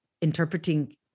interpreting